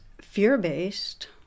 fear-based